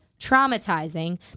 traumatizing